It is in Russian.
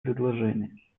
предложений